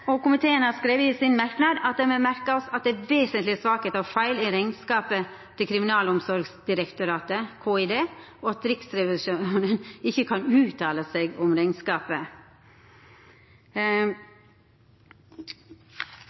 Komiteen har skrive i ein merknad at den «merker seg at det er vesentlige svakheter og feil i regnskapet til Kriminalomsorgsdirektoratet og at Riksrevisjonen ikke kan uttale seg om regnskapet.